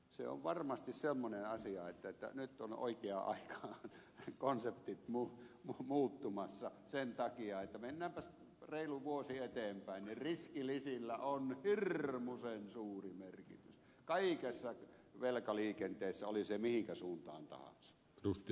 se on varmasti semmoinen asia että nyt on oikea aika konseptien muuttua sen takia että mennäänpäs reilu vuosi eteenpäin niin riskilisillä on hirmuisen suuri merkitys kaikessa velkaliikenteessä oli se mihinkä suuntaan tahansa